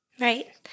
Right